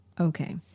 Okay